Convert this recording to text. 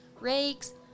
rakes